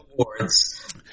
awards